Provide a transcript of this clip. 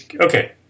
Okay